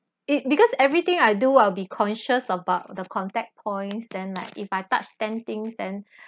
it because everything I do I'll be conscious about the contact points then like if I touch ten things then